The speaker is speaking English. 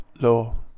law